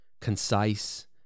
concise